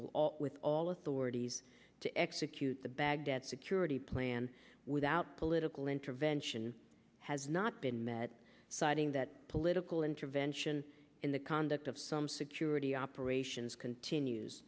will with all authorities to execute the baghdad security plan without political intervention has not been met citing that political intervention in the conduct of some security operations continues